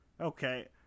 okay